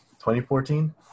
2014